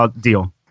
Deal